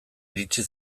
iritsi